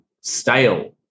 stale